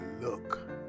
look